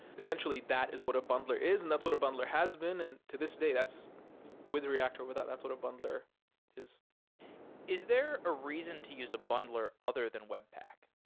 essentially, that is what a bundler is and that's what a bundler has been. and to this day, with with react or without, that's what a bundler is is there a reason to use a bundler other than webpack?